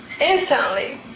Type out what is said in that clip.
instantly